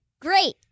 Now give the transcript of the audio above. Great